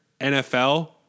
NFL